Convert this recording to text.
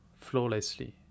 flawlessly